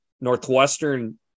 Northwestern